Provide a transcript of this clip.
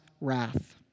wrath